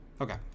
Okay